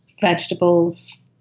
vegetables